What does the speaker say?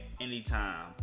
anytime